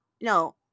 No